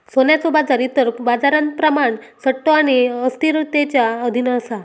सोन्याचो बाजार इतर बाजारांप्रमाण सट्टो आणि अस्थिरतेच्या अधीन असा